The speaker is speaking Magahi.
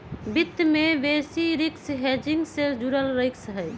वित्त में बेसिस रिस्क हेजिंग से जुड़ल रिस्क हहई